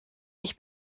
ich